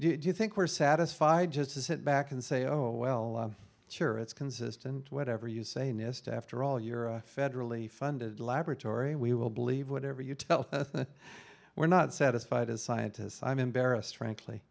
model do you think we're satisfied just to sit back and say oh well sure it's consistent whatever you say nist after all you're a federally funded laboratory we will believe whatever you tell we're not satisfied as scientists i'm embarrassed frankly